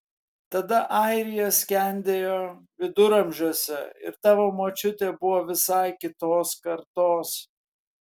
tada airija skendėjo viduramžiuose ir tavo močiutė buvo visai kitos kartos